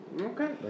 Okay